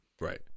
Right